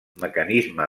mecanisme